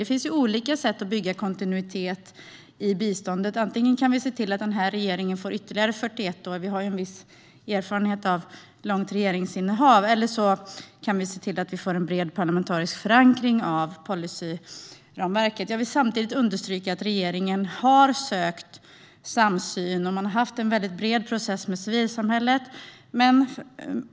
Det finns olika sätt att bygga kontinuitet i biståndet. Vi kan antingen se till att denna regering får ytterligare 41 år - vi har ju en viss erfarenhet av långvarigt innehav av regeringsmakten - eller se till att vi får en bred parlamentarisk förankring av policyramverket. Jag vill samtidigt understryka att regeringen har sökt samsyn och att man har drivit en väldigt bred process med civilsamhället.